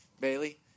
Bailey